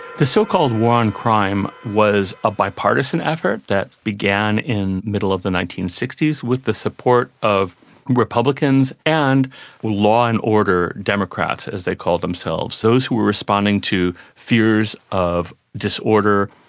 the so-called war on crime was a bipartisan effort that began in the middle of the nineteen sixty s with the support of republicans and law and order democrats, as they called themselves, those who were responding to fears of disorder,